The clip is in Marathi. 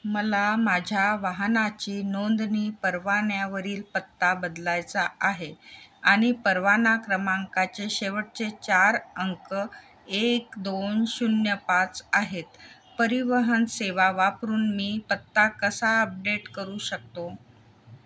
मला माझ्या वाहनाची नोंदणी परवान्यावरील पत्ता बदलायचा आहे आणि परवाना क्रमांकाचे शेवटचे चार अंक एक दोन शून्य पाच आहेत परिवहन सेवा वापरून मी पत्ता कसा अपडेट करू शकतो